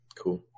Cool